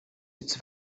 its